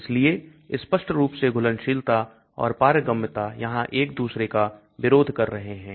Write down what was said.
इसलिए स्पष्ट रूप से घुलनशीलता और पारगम्यता यहां एक दूसरे का विरोध कर रहे हैं